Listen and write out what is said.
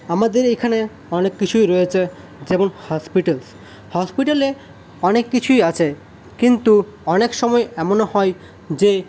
আমাদের এখানে অনেক কিছুই রয়েছে যেমন হসপিটালস হসপিটালে অনেক কিছুই আছে কিন্তু অনেক সময় এমনও হয় যে